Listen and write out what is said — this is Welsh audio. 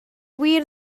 wir